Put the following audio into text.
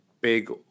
big